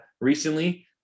recently